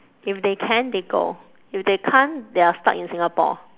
if they can they go if they can't they are stuck in singapore